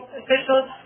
officials